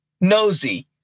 nosy